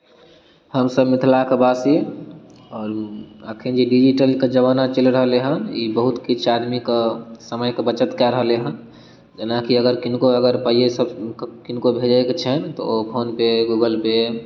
हमसब मिथिला के वासी आओर अखन जे डिजिटलके जमाना चलि रहलै हँ ई बहुत किछु आदमी के समय के बचत कए रहले हँ जेनाकि अगर किनको अगर पाइए किनको भेजे के छनि तऽ ओ फोनपे गूगलपे